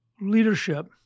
leadership